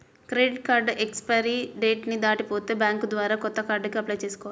credit card expiry date ని దాటిపోతే bank ద్వారా కొత్త కార్డుకి అప్లై చేసుకోవాలి